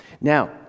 now